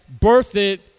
birthed